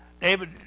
David